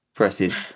Presses